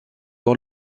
que